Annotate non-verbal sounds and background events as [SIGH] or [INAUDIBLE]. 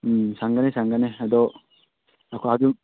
ꯎꯝ ꯁꯪꯒꯅꯤ ꯁꯪꯒꯅꯤ ꯑꯗꯣ [UNINTELLIGIBLE]